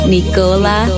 Nicola